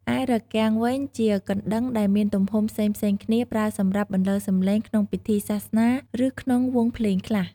ឯរគាំងវិញ ជាកណ្តឹងដែលមានទំហំផ្សេងៗគ្នា ប្រើសម្រាប់បន្លឺសំឡេងក្នុងពិធីសាសនា ឬក្នុងវង់ភ្លេងខ្លះ។